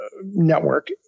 network